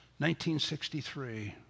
1963